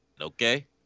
Okay